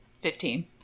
Fifteen